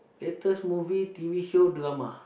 latest movie t_v show drama